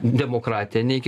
demokratija ne iki